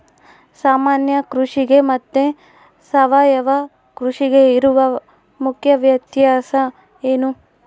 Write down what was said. ಸಾಮಾನ್ಯ ಕೃಷಿಗೆ ಮತ್ತೆ ಸಾವಯವ ಕೃಷಿಗೆ ಇರುವ ಮುಖ್ಯ ವ್ಯತ್ಯಾಸ ಏನು?